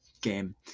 game